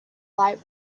light